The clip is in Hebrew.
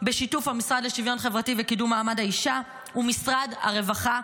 בשיתוף המשרד לשוויון חברתי וקידום מעמד האישה ומשרד הרווחה.